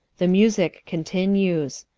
the musicke continues.